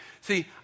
See